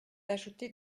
ajoutez